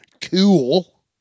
cool